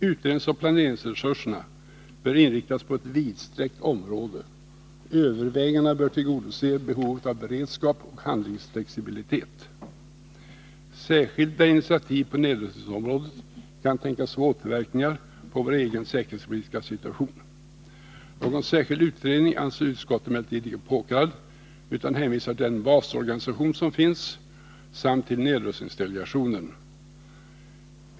Utredningsoch planeringsresurserna bör inriktas på ett vidsträckt område. Övervägandena bör tillgodose behovet av beredskap och handlingsflexibilitet. Särskilda initiativ på nedrustningsområdet kan tänkas få återverkningar på vår egen säkerhetspolitiska situation. Någon särskild utredning anser utskottet emellertid inte påkallad utan hänvisar till den basorganisation som finns samt till nedrustningsdelegationen.